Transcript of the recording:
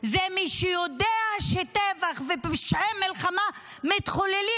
זה מי שיודע שטבח ופשעי מלחמה מתחוללים